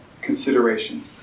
consideration